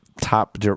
top